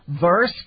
verse